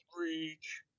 Reach